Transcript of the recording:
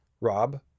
Rob